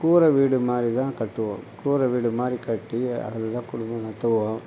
கூரை வீடு மாதிரி தான் கட்டுவோம் கூரை வீடு மாதிரி கட்டி அதில் தான் குடும்பம் நடத்துவோம்